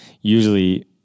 usually